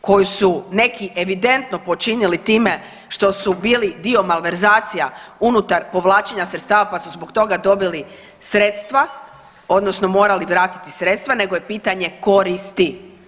koju su neki evidentno počinili time što su bili dio malverzacija unutar povlačenja sredstava pa su zbog toga dobili sredstva odnosno morali vratiti sredstva, nego je pitanje koristi.